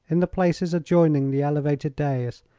in the places adjoining the elevated dais,